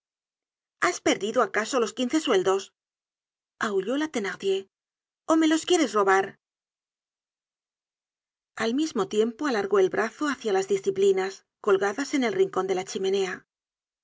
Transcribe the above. has perdido acaso los quince sueldos ahulló la thenardier ó me los quieres robar al mismo tiempo alargó el brazo hácia las disciplinas colgadas en el rincon de la chimenea